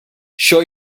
sure